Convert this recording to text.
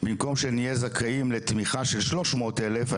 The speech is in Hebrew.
במקום שנהיה זכאים לתמיכה של שלוש מאות אלף,